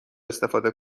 استفاده